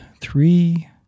Three